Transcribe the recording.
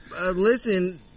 listen